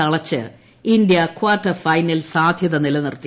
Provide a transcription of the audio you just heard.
തളച്ച് India quarter final സാധൃത നിലനിർത്തി